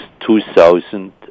2000